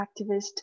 activist